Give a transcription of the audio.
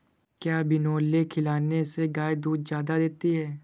क्या बिनोले खिलाने से गाय दूध ज्यादा देती है?